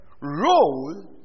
role